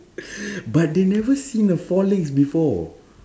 but they never seen a four legs before